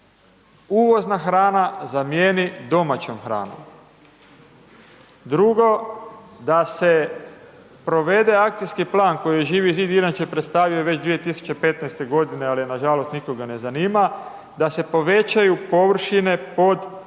uvozna hrana zamjeni domaćom hranom, drugo da se provede akcijski plan koji je Živi zid inače predstavio 2015. g. ali ga nažalost nikoga ne zanima, da se povećaju površine pod organskom